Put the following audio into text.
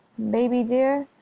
baby dear,